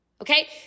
okay